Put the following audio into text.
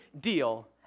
deal